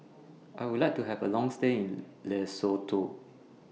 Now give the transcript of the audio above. I Would like to Have A Long stay in Lesotho